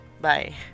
Bye